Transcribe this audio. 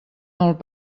molt